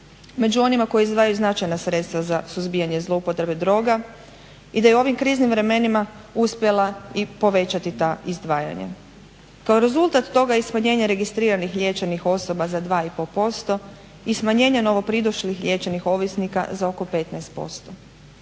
među onima koji izdvajaju značajna sredstva za suzbijanje zloupotrebe droga i da je u ovim kriznim vremenima uspjela i povećati ta izdvajanja. Kao rezultat toga je i smanjenje registriranih liječenih osoba za 2,5% i smanjenja novopridošlih liječenih ovisnika za oko 15%.